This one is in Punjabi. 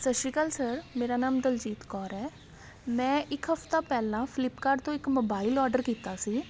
ਸਤਿ ਸ਼੍ਰੀ ਅਕਾਲ ਸਰ ਮੇਰਾ ਨਾਮ ਦਲਜੀਤ ਕੌਰ ਹੈ ਮੈਂ ਇੱਕ ਹਫਤਾ ਪਹਿਲਾਂ ਫਲਿੱਪਕਾਰਟ ਤੋਂ ਇੱਕ ਮੋਬਾਇਲ ਔਡਰ ਕੀਤਾ ਸੀ